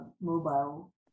mobile